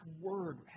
word